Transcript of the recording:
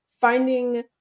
finding